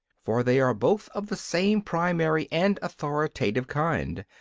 for they are both of the same primary and authoritative kind.